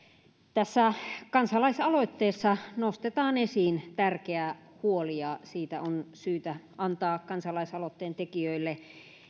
tässä kansalaisaloitteessa nostetaan esiin tärkeä huoli ja siitä on syytä antaa kansalaisaloitteen tekijöille